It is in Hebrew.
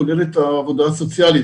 כולל את העבודה הסוציאלית.